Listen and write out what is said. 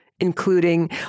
including